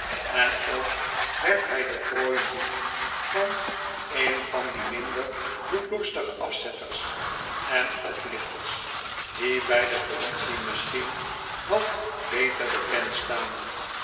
en ook werd hij de prooi niet van een van die minder bloeddorstige afzetters en oplichters die bij de politie misschien wat beter bekend staan